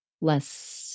less